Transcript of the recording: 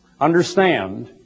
Understand